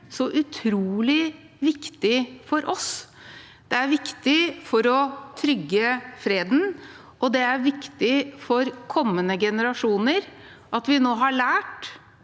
så utrolig viktig for oss. Det er viktig for å trygge freden, og det er viktig for kommende generasjoner at vi nå har lært